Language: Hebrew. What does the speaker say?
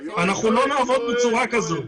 אנחנו לא נעבוד בצורה כזאת.